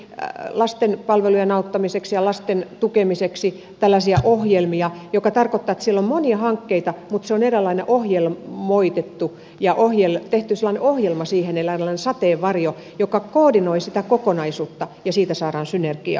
ja lasten ja lastenpalvelujen auttamiseksi ja lasten tukemiseksi tällaisia ohjelmia mikä tarkoittaa että siellä on monia hankkeita mutta se on eräällä lailla ohjelmoitettu on tehty sellainen ohjelma siihen eräänlainen sateenvarjo joka koordinoi sitä kokonaisuutta ja siitä saadaan synergiaa